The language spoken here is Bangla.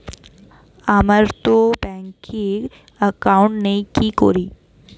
আমারতো ব্যাংকে একাউন্ট নেই কি করি?